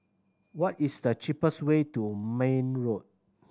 what is the cheapest way to Marne Road